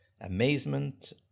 amazement